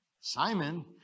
simon